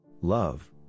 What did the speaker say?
Love